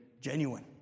genuine